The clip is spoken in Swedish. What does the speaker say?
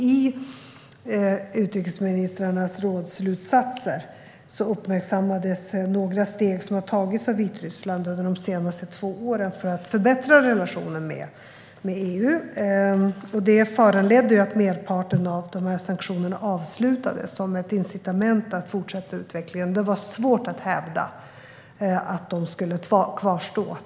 I utrikesministrarnas rådsslutsatser uppmärksammades några steg som har tagits av Vitryssland under de senaste två åren för att förbättra relationen med EU. Detta föranledde att merparten av sanktionerna avslutades som ett incitament att fortsätta utvecklingen. Det var svårt att hävda att de skulle kvarstå.